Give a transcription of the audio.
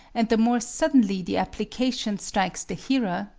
and the more suddenly the application strikes the hearer,